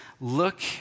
look